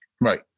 Right